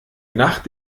nacht